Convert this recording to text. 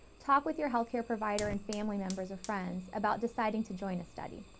talk with your healthcare provider and family members or friends about deciding to join a study.